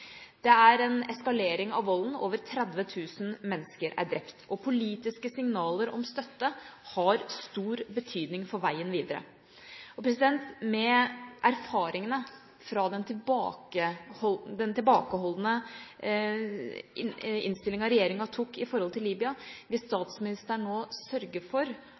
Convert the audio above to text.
Det er en eskalering av volden – over 30 000 mennesker er drept – og politiske signaler om støtte har stor betydning for veien videre. Med erfaringene fra den tilbakeholdende innstillinga regjeringa tok i forhold til Libya, vil statsministeren nå sørge for at Norge anerkjenner det nasjonale syriske opposisjonsrådet som en legitim representant for